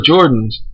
Jordans